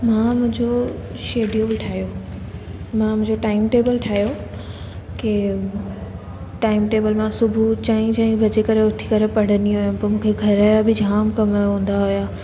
मां मुंहिंजो शेड्यूल ठाहियो मां मुंहिंजो टाइम टेबल ठाहियो के टाइम टेबल मां सुबुह चईं चईं बजे उथी करे पढ़ंदी हुयमि पोइ मूंखे घर जा बि जाम कम हूंदा हुया